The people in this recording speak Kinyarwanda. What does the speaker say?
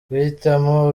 guhitamo